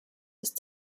ist